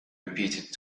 repeated